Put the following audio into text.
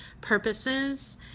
purposes